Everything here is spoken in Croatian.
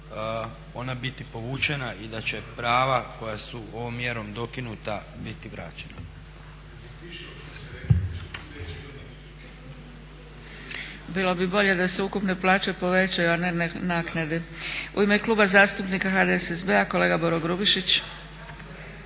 ona biti povučena i da će prava koja su ovom mjerom dokinuta biti vraćena. **Zgrebec, Dragica (SDP)** Bilo bi bolje da se ukupne plaće povećaju, a ne naknade. U ime Kluba zastupnika HDSSB-a kolega Boro Grubišić.